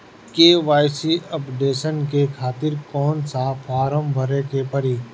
KYC updation के खातिर कौन सा फारम भरे के पड़ी?